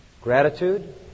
Gratitude